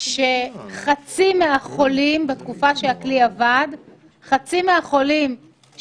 שחצי מהחולים בתקופה שהכלי עבד שאינם